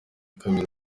kabiri